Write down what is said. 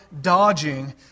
dodging